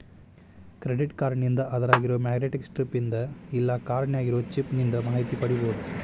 credit ಕಾರ್ಡ್ನಿಂದ ಅದ್ರಾಗಿರೊ magnetic stripe ನಿಂದ ಇಲ್ಲಾ ಕಾರ್ಡ್ ನ್ಯಾಗಿರೊ ಚಿಪ್ ನಿಂದ ಮಾಹಿತಿ ಪಡಿಬೋದು